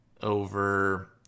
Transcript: over